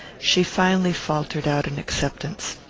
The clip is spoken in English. she finally faltered out an acceptance.